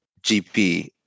gp